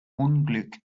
unglück